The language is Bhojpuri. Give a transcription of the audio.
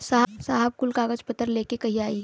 साहब कुल कागज पतर लेके कहिया आई?